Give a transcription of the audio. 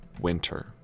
Winter